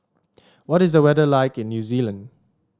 what is the weather like in New Zealand